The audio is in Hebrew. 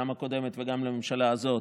גם לקודמת וגם לממשלה הזאת,